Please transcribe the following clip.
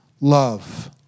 love